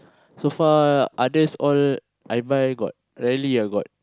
so far others all I buy got rarely ah got